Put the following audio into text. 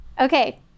Okay